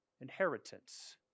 inheritance